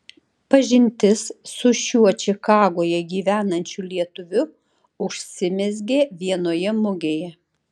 pažintis su šiuo čikagoje gyvenančiu lietuviu užsimezgė vienoje mugėje